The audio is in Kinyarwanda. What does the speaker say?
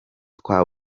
twa